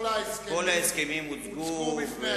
כל ההסכמים כולם הוצגו.